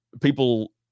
people